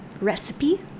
recipe